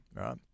right